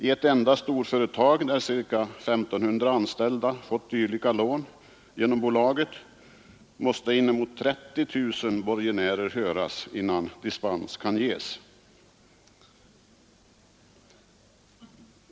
I ett enda storföretag, där ca 1500 anställda fått dylika lån genom bolaget, måste inemot 30 000 borgenärer höras innan dispens kan ges.